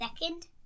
second